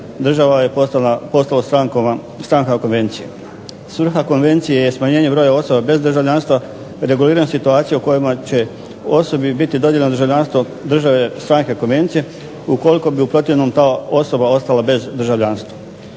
država je postalo stranka konvencije. Svrha konvencije je smanjenje broja osoba bez državljanstva, reguliranje situacije u kojima će osobi biti dodijeljeno državljanstvo države stranke konvencije ukoliko bi u protivnom ta osoba ostala bez državljanstva.